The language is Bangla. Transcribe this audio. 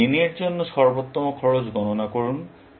সুতরাং n এর জন্য সর্বোত্তম খরচ গণনা করুন